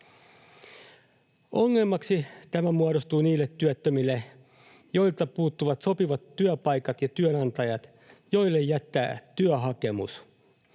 Ongelmaksi tämä muodostuu niille työttömille, joilta puuttuvat sopivat työpaikat ja työnantajat, joille jättää työhakemus.